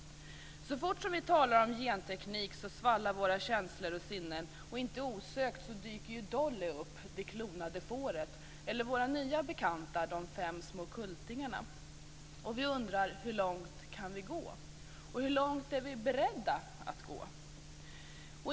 Så fort vi talar om genteknik svallar våra känslor och sinnen, och inte osökt dyker Dolly, det klonade fåret, upp eller våra nya bekanta, de fem små kultingarna. Vi undrar: Hur långt kan vi gå? Hur långt är vi beredda att gå?